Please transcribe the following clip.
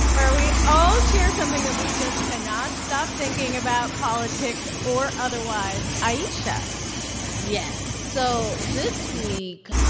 where we all share something that we just cannot stop thinking about, politics or otherwise. ayesha yes. so this week,